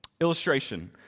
Illustration